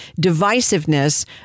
divisiveness